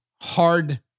hard